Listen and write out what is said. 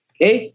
Okay